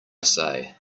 say